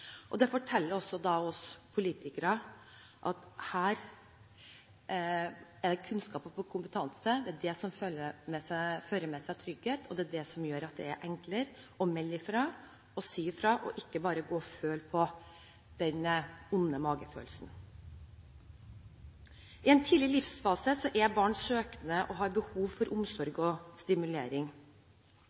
Det forteller oss politikere at det er kunnskap og kompetanse som fører med seg trygghet, og det er det som gjør at det er enklere å melde fra, si fra, og ikke bare gå og føle på den vonde magefølelsen. I en tidlig livsfase er barn søkende og har behov for omsorg og stimulering.